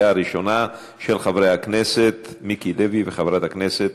של חבר הכנסת מיקי לוי וחברת הכנסת